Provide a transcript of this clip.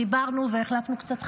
דיברנו והחלפנו קצת חוויות,